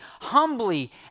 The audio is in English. humbly